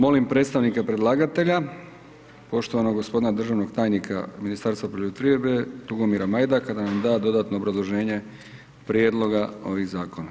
Molim predstavnike predlagatelja, poštovanog gospodina državnog tajnika Ministarstva poljoprivrede, Tugomira Majdaka da nam da dodatno obrazloženje prijedloga ovih zakona.